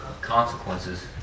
consequences